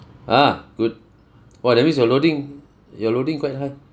ah good !wah! that means your loading your loading quite high